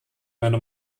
meiner